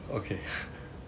okay